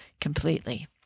completely